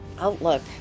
outlook